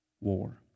War